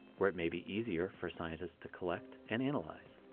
where it may be easier for scientists to collect and analyze.